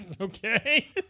Okay